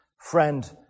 friend